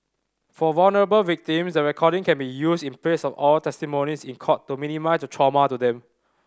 for vulnerable victims the recording can be used in place of oral testimonies in court to minimise trauma to them